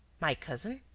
my cousin.